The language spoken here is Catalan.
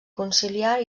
conciliar